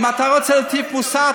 אם אתה רוצה להטיף מוסר,